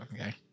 okay